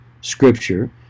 Scripture